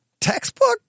textbook